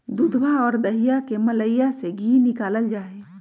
दूधवा और दहीया के मलईया से धी निकाल्ल जाहई